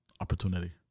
opportunity